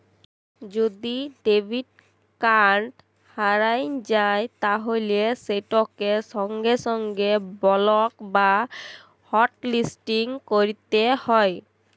যদি debit card হারাঁয় যায় তাইলে সেটকে সঙ্গে সঙ্গে বলক বা হটলিসটিং ক্যইরতে হ্যয়